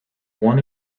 one